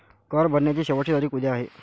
कर भरण्याची शेवटची तारीख उद्या आहे